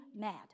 mad